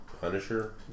Punisher